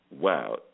Wow